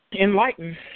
enlighten